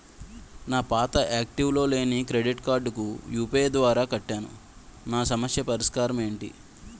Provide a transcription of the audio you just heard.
నా పాత యాక్టివ్ లో లేని క్రెడిట్ కార్డుకు యు.పి.ఐ ద్వారా కట్టాను నా సమస్యకు పరిష్కారం ఎంటి?